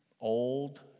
Old